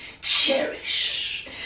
Cherish